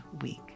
week